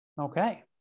Okay